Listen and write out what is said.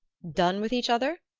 done with each other?